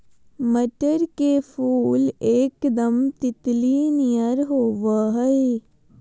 मटर के फुल एकदम तितली नियर होबा हइ